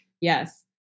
Yes